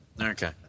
okay